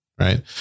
right